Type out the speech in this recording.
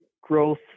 growth